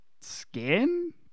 skin